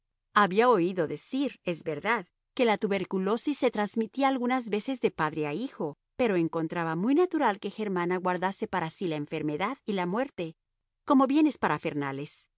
había oído decir es verdad que la tuberculosis se transmitía algunas veces de padre a hijo pero encontraba muy natural que germana guardase para sí la enfermedad y la muerte como bienes